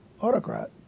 autocrat